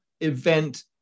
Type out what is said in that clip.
event